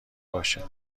باشه